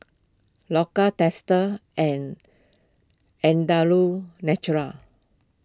Loacker Dester and Andalou Naturals